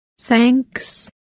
Thanks